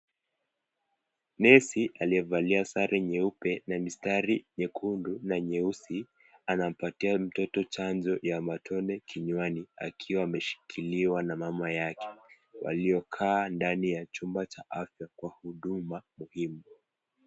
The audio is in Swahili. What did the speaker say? Nesi aliyevalia sare nyeupe na mistari nyekundu na nyeusi anampatia mtoto chanjo ya matone kinywani akiwa ameshikiliwa na mama yake waliokaa ndani ya chumba cha afya kwa huduma muhimu.